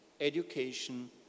education